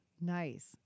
Nice